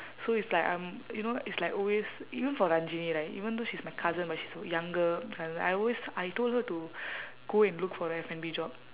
so it's like I'm you know it's like always even for ranjini right even though she's my cousin but she's younger cousin I always I told her to go and look for a F&B job